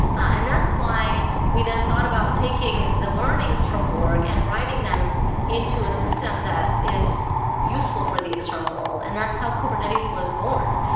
and that's why we then thought about taking the learnings from borg and writing them into a system that is useful for the external world, and that's how kubernetes was born,